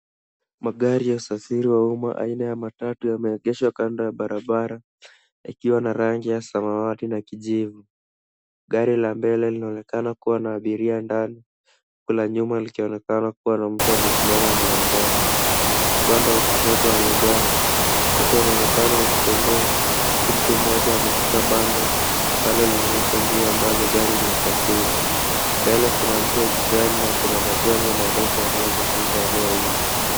Magari ya wasafiri wa umma aina ya matatu yameegeshwa kando ya barabara ikiwa na rangi ya samawati na kijivu. Gari la mbele linaonekana kuwa na abiria ndani, kule nyuma likionekana kuwa na mtu amesimama mlangoni. Upande wa kushoto wa magari, watu wanaonekana wakitembea huku mtu mmoja ameshika bango ambalo linaonyesha njia ambazo gari linasafiri. Mbele kuna mti wa kijani na kuna majengo marefu yanayozunguka eneo hilo.